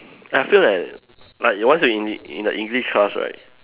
I feel like like once you're in the in the English class right